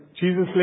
Jesus